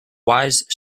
wise